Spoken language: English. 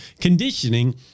conditioning